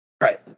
Right